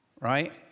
Right